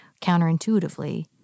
counterintuitively